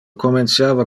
comenciava